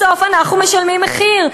בסוף אנחנו משלמים מחיר,